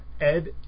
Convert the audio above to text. Ed